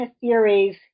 theories